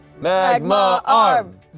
Magma-Arm